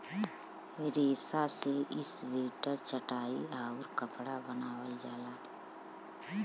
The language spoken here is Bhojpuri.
रेसा से स्वेटर चटाई आउउर कपड़ा बनावल जाला